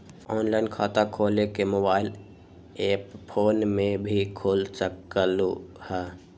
Online खाता खोले के मोबाइल ऐप फोन में भी खोल सकलहु ह?